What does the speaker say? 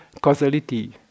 causality